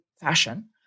fashion